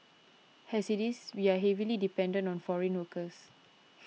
has it is we are heavily dependent on foreign workers